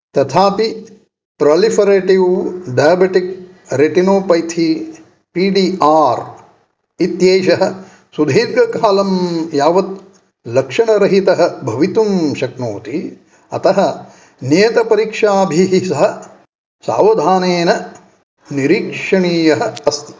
तथापि proliferative diabetic retinopathy P D R इत्येषः सुदीर्घकालं यावत् लक्षणरहितः भवितुं शक्नोति अतः नियतपरीक्षाभिः सह सावधानेन निरीक्षणीयः अस्ति